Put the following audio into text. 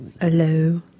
Hello